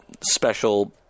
special